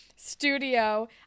studio